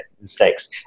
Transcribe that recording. mistakes